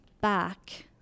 back